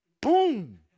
Boom